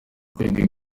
kwezi